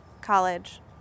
college